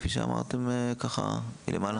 כפי שאמרתם ככה מלמעלה?